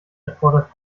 erfordert